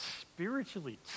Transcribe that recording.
spiritually